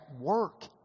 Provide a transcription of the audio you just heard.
work